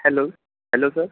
hello hello sir